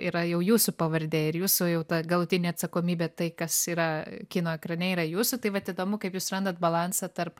yra jau jūsų pavardė ir jūsų jau ta galutinė atsakomybė tai kas yra kino ekrane yra jūsų tai vat įdomu kaip jūs randat balansą tarp